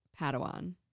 padawan